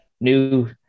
new